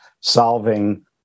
solving